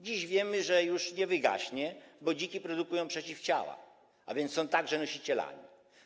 Dziś wiemy, że już nie wygaśnie, bo dziki produkują przeciwciała, więc są także nosicielami.